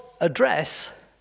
address